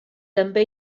també